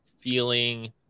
feeling